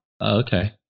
Okay